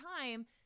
time